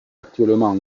actuellement